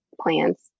plans